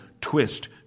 twist